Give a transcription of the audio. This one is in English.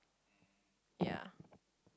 ya